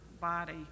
body